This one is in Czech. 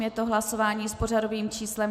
Je to hlasování s pořadovým číslem 63.